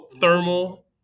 thermal